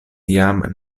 jam